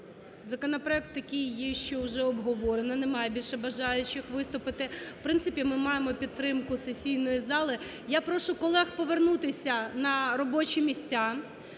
Законопроект такий є, що вже обговорений, немає більше бажаючих виступити. В принципі ми маємо підтримку сесійної зали. Я прошу колег повернутися на робочі місця,